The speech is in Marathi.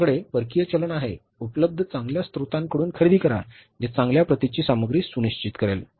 आपल्याकडे परकीय चलन आहे उपलब्ध चांगल्या स्त्रोतांकडून खरेदी करा जे चांगल्या प्रतीची सामग्री सुनिश्चित करेल